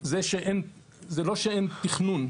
דבר ראשון, זה לא שאין תכנון,